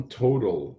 total